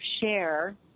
share